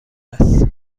است